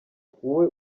wowe